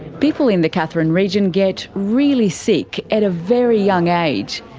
people in the katherine region get really sick, at a very young age.